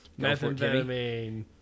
Methamphetamine